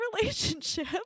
relationship